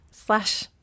Slash